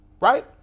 right